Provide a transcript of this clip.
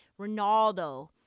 Ronaldo